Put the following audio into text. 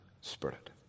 spirit